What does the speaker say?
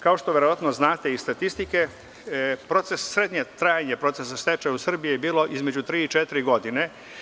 Kao što verovatno znate iz statistike, srednje trajanje procesa stečaja u Srbiji je bio između tri ili četiri godine.